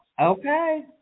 Okay